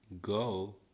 go